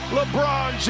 LeBron